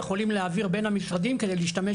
יכולים להעביר בין המשרדים כדי להשתמש